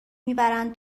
میبرند